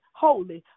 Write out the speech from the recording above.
holy